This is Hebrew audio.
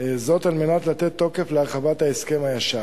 זאת על מנת לתת תוקף להרחבת ההסכם הישן,